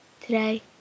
today